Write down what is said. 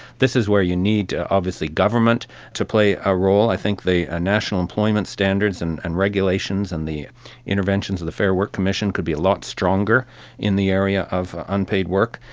this is where you need ah obviously governments to play a role. i think the ah national employment standards and and regulations and the interventions of the fair work commission could be a lot stronger in the area of unpaid work.